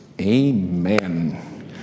amen